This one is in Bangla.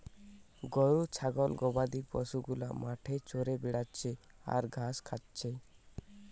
গরু ছাগল গবাদি পশু গুলা মাঠে চরে বেড়াচ্ছে আর ঘাস খাচ্ছে